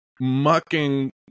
mucking